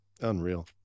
Unreal